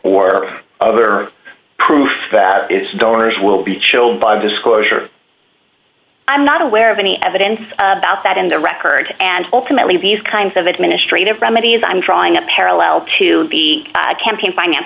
or other proof that is donors will be chilled by the disclosure i'm not aware of any evidence about that in the record and ultimately these kinds of administrative remedies i'm drawing a parallel to the campaign finance